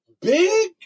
Big